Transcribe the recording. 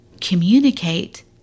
communicate